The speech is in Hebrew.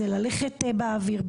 זה ללכת באוויר,